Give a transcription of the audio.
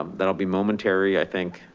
um that'll be momentary, i think,